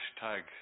hashtag